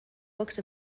books